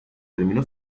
terminó